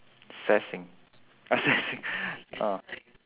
sassing ah sassing ah